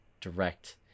direct